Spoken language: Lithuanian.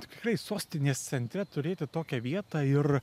tikrai sostinės centre turėti tokią vietą ir